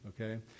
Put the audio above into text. okay